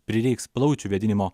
prireiks plaučių vėdinimo